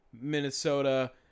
Minnesota